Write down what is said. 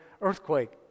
earthquake